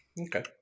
Okay